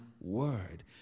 word